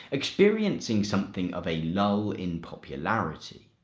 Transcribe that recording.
experiencing something of a lull in popularity.